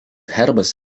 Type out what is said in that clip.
herbas